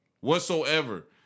whatsoever